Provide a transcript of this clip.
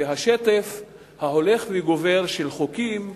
והשטף ההולך וגובר של חוקים,